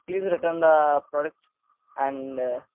please return the products and